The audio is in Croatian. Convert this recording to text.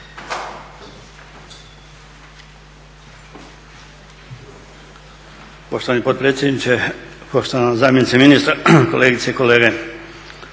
Poštovani potpredsjedniče, poštovana zamjenice ministra, kolegice i kolege.